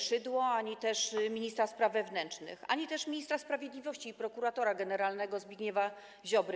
Szydło ani też ministra spraw wewnętrznych, ani też ministra sprawiedliwości i prokuratora generalnego w jednym Zbigniewa Ziobry?